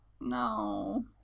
no